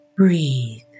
Breathe